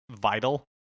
vital